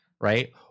right